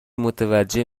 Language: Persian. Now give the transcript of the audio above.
متوجه